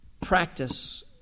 practice